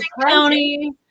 County